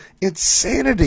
insanity